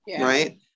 right